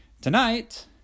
Tonight